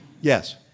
Yes